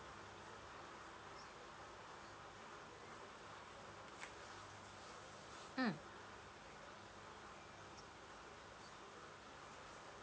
mm